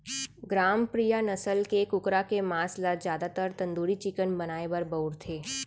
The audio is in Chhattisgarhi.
ग्रामप्रिया नसल के कुकरा के मांस ल जादातर तंदूरी चिकन बनाए बर बउरथे